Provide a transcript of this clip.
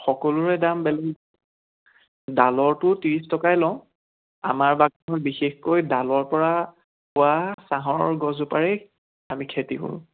সকলোৰে দাম বেলেগ ডালৰটো ত্ৰিছ টকাই লওঁ আমাৰ বিশেষকৈ ডালৰ পৰা হোৱা চাহৰ গছজোপোৰে আমি খেতি কৰোঁ